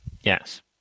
Yes